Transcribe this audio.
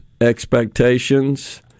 expectations